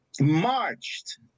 marched